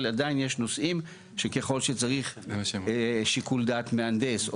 אבל עדיין יש נושאים שככל שצריך שיקול דעת מהנדס,